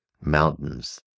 mountains